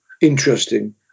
interesting